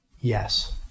Yes